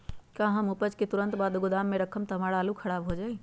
का हम उपज के तुरंत बाद गोदाम में रखम त हमार आलू खराब हो जाइ?